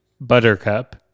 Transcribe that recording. Buttercup